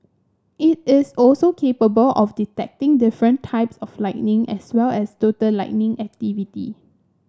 it is also capable of detecting different types of lightning as well as total lightning activity